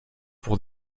pour